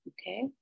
okay